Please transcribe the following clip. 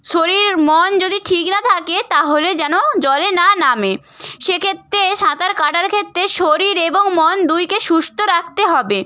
শরীর মন যদি ঠিক না থাকে তাহলে যেন জলে না নামে সেক্ষেত্রে সাঁতার কাটার ক্ষেত্রে শরীর এবং মন দুইকে সুস্থ রাখতে হবে